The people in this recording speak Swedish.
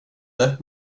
det